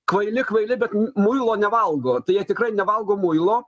kvaili kvaili bet muilo nevalgo tai jie tikrai nevalgo muilo